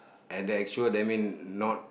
and that actual that mean not